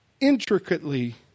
intricately